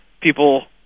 people